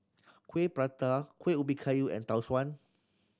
kuih prata Kuih Ubi Kayu and Tau Suan